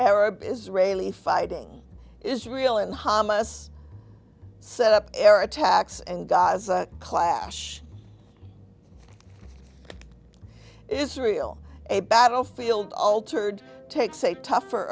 arab israeli fighting israel and hamas set up air attacks and gaza clash israel a battlefield altered takes a tougher